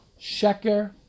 sheker